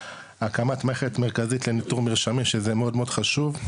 הקמת מערכת מרכזית לניטור מרשמים שזה מאוד מאד חשוב,